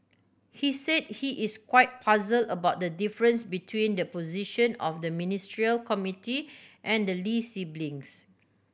he said he is quite puzzled about the difference between the position of the Ministerial Committee and the Lee siblings